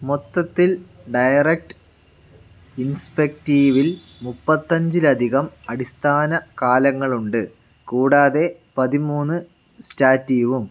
മൊത്തത്തിൽ ഡയറക്ട് ഇൻസ്പെക്റ്റീവിൽ മുപ്പത്തഞ്ചിലധികം അടിസ്ഥാന കാലങ്ങളുണ്ട് കൂടാതെ പതിമൂന്ന് സ്റ്റാറ്റീവും